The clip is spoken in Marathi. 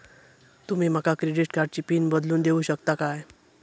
तुमी माका क्रेडिट कार्डची पिन बदलून देऊक शकता काय?